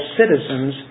citizens